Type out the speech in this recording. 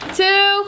two